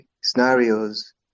scenarios